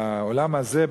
בעולם הזה,